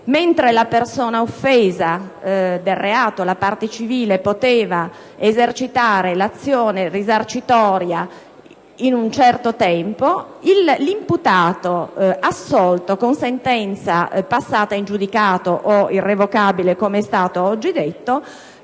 mentre la persona offesa del reato, la parte civile, poteva esercitare l'azione risarcitoria in un certo tempo, per l'imputato assolto con sentenza passata in giudicato o irrevocabile si prevedeva